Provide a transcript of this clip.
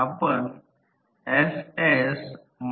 तर I2 ला 10 ampere देखील दिले आहे